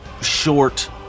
short